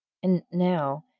and now,